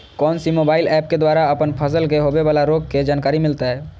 कौन सी mobile app के द्वारा अपन फसल के होबे बाला रोग के जानकारी मिलताय?